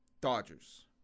Dodgers